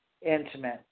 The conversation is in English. intimate